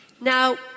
Now